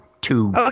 two